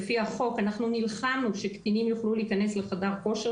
לפי החוק אנחנו נלחמנו שקטינים יוכלו להיכנס לחדר כושר,